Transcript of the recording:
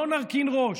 לא נרכין ראש.